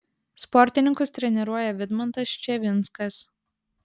sportininkus treniruoja vidmantas ščevinskas